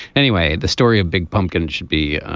anyway the story of big pumpkin should be